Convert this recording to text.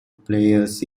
players